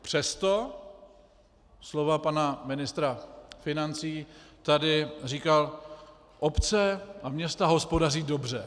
Přesto slova pana ministra financí, tady říkal: obce a města hospodaří dobře.